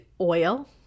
oil